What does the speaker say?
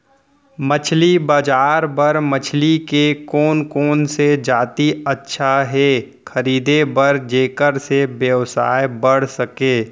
मछली बजार बर मछली के कोन कोन से जाति अच्छा हे खरीदे बर जेकर से व्यवसाय बढ़ सके?